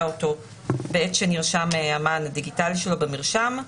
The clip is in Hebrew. אדם בעת שנרשם המען הדיגיטלי שלו במרשם.